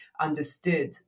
understood